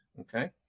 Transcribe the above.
Okay